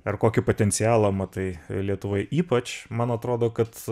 ar kokį potencialą matai lietuvoj ypač man atrodo kad